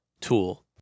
tool